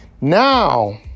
Now